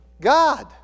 God